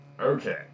Okay